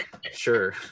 sure